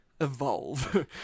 Evolve